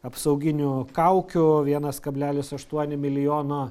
apsauginių kaukių vienas kablelis aštuoni milijono